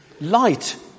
Light